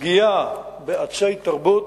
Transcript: פגיעה בעצי תרבות,